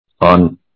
on